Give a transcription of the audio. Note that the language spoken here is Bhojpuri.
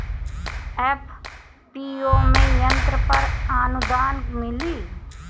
एफ.पी.ओ में यंत्र पर आनुदान मिँली?